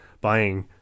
buying